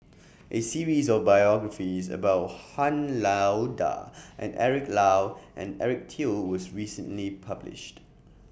A series of biographies about Han Lao DA and Eric Low and Eric Teo was recently published